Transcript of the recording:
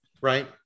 right